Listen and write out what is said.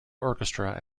orchestra